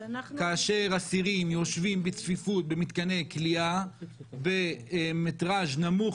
כאשר אסירים יושבים בצפיפות במתקני כליאה במטראז' נמוך